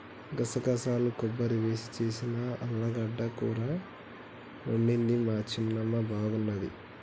గసగసాలు కొబ్బరి వేసి చేసిన ఆలుగడ్డ కూర వండింది మా చిన్నమ్మ బాగున్నది